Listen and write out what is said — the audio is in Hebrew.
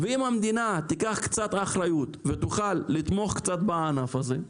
אם המדינה תיקח קצת אחריות ותוכל לתמוך קצת בענף הזה,